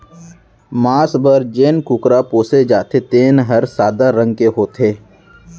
मांस बर जेन कुकरा पोसे जाथे तेन हर सादा रंग के होथे